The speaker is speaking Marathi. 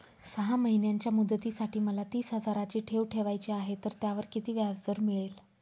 सहा महिन्यांच्या मुदतीसाठी मला तीस हजाराची ठेव ठेवायची आहे, तर त्यावर किती व्याजदर मिळेल?